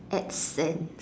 add say